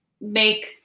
make